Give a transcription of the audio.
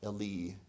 Eli